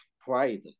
pride